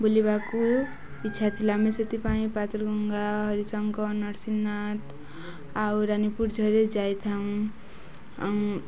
ବୁଲିବାକୁ ଇଚ୍ଛା ଥିଲା ଆମେ ସେଥିପାଇଁ ପାତଲ୍ ଗଙ୍ଗା ହରିଶଙ୍କର ନର୍ସିଂହନାଥ ଆଉ ରାନୀପୁର ଯାଇଥାଉଁ